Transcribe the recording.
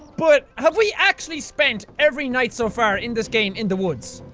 but, have we actually spent every night so far in this game in the woods?